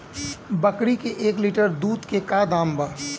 बकरी के एक लीटर दूध के का दाम बा?